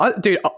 Dude